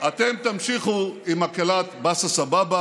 אתם תמשיכו עם מקהלת באסה-סבבה